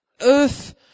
Earth